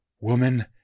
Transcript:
Woman